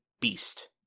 beast